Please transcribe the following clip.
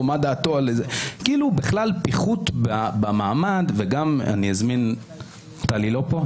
פיחות במעמד טלי לא פה?